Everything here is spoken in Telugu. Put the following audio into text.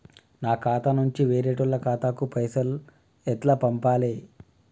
నా ఖాతా నుంచి వేరేటోళ్ల ఖాతాకు పైసలు ఎట్ల పంపాలే?